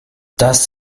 das